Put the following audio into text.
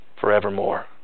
forevermore